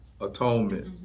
Atonement